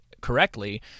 correctly